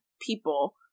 People